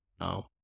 No